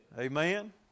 Amen